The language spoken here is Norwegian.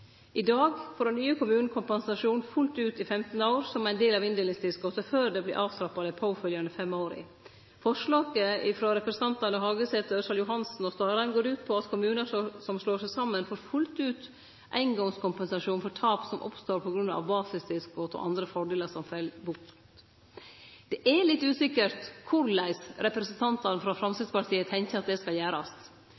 I dag får den nye kommunen kompensasjon fullt ut i 15 år som ein del av inndelingstilskotet, før det vert avtrappa dei påfølgjande fem åra. Forslaget frå representantane Hagesæter, Ørsal Johansen og Starheim går ut på at kommunar som slår seg saman, fullt ut får eingongskompensasjon for tap som oppstår på grunn av at basistilskot og andre fordelar fell bort. Det er litt usikkert korleis representantane frå